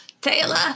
Taylor